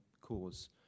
cause